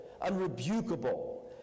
unrebukable